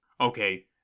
Okay